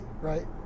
right